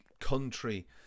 country